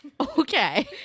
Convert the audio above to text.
okay